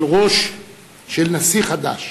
על ראש של נשיא חדש,